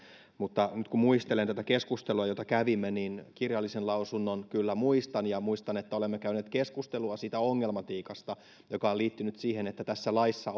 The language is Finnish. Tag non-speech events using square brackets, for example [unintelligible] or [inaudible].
mutta nyt kun muistelen tätä keskustelua jota kävimme niin kirjallisen lausunnon kyllä muistan ja muistan että olemme käyneet keskustelua siitä ongelmatiikasta joka on liittynyt siihen että tässä laissa [unintelligible]